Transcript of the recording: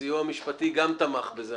הסיוע המשפטי גם תמך בזה,